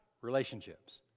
Relationships